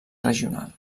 regional